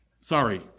Sorry